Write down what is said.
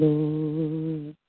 Lord